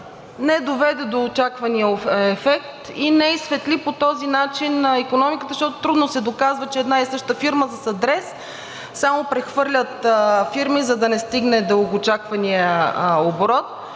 не доведе до очаквания ефект и не изсветли по този начин икономиката, защото трудно се доказва, че една и съща фирма с адрес, само прехвърлят фирми, за да не стигне дългоочакваният оборот,